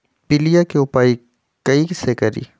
पीलिया के उपाय कई से करी?